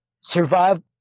survive